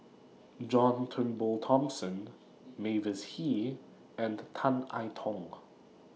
John Turnbull Thomson Mavis Hee and Tan I Tong